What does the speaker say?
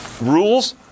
rules